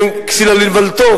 כן כסיל על איוולתו,